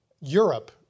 Europe